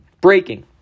Breaking